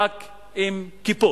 רק עם כיפות.